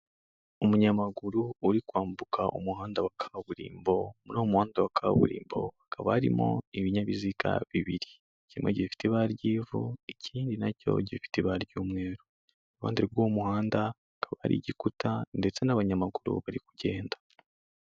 Umunyamaguru uri kwambuka umuhanda wa kaburimbo, muri uwo muhondo wa kaburimbo hakaba harimo ibinyabiziga bibiri, kimwe gifite ibara ry'ivu ikindi nacyo gifite ibara ry'umweru iruhande rw'uwo muhanda hakaba hari igikuta ndetse n'abanyamaguru bari kugenda.